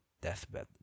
deathbed